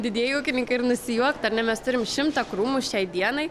didieji ūkininkai ir nusijuoktų ar ne mes turim šimtą krūmų šiai dienai